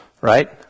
Right